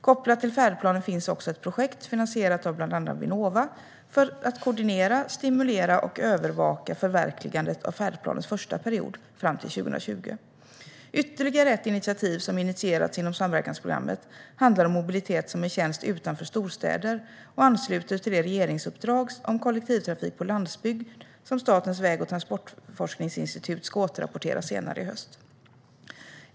Kopplat till färdplanen finns också ett projekt, finansierat av bland andra Vinnova, för att koordinera, stimulera och övervaka förverkligandet av färdplanens första period fram till 2020. Ytterligare ett initiativ som initierats inom samverkansprogrammet handlar om mobilitet som en tjänst utanför storstäder och ansluter till det regeringsuppdrag om kollektivtrafik på landsbygd som Statens väg och transportforskningsinstitut ska återrapportera senare i höst.